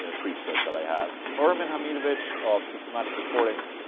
ah preset that i have ermin hamidovic of systematic recordings,